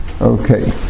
Okay